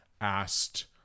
asked